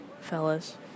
fellas